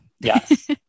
Yes